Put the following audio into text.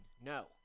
No